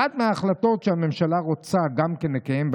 אחת ההחלטות שהממשלה רוצה גם כן לקיים,